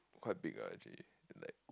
quite big ah actually then like